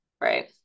right